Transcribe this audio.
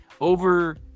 over